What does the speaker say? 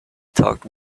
talked